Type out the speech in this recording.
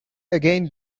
again